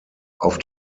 auf